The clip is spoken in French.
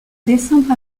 décembre